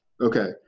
Okay